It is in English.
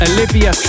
Olivia